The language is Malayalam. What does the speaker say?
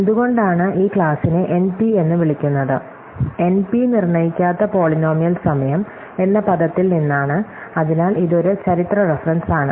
എന്തുകൊണ്ടാണ് ഈ ക്ലാസിനെ എൻപി എന്ന് വിളിക്കുന്നത് എൻപി നിർണ്ണയിക്കാത്ത പോളിനോമിയൽ സമയം എന്ന പദത്തിൽ നിന്നാണ് അതിനാൽ ഇത് ഒരു ചരിത്ര റഫറൻസാണ്